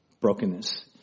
Brokenness